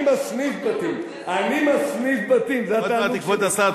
אני מסתובב בערים,